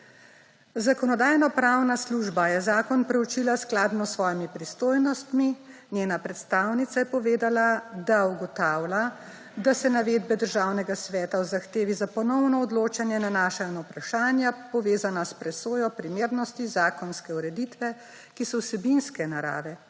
Zakonodajno-pravna služba je zakon preučila skladno s svojimi pristojnostmi. Njena predstavnica je povedala, da ugotavlja, da se navedbe Državnega sveta o zahtevi za ponovno odločanje nanašajo na vprašanja, povezana s presojo primernosti zakonske ureditve, ki so vsebinske narave.